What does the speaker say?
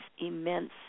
immense